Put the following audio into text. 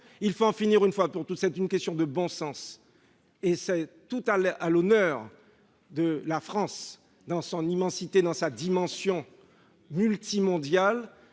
Il faut en finir une fois pour toutes ; c'est une question de bon sens et c'est tout à l'honneur de la France, dans son immensité, dans sa dimension multimondiale.